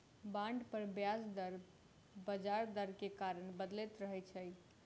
bond पर ब्याज दर बजार दर के कारण बदलैत रहै छै